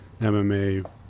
mma